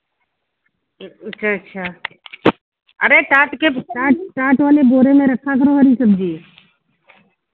अच्छा अच्छा अरे टाट के टाट टाट वाले बोरे में रखा करो हरी सब्ज़ी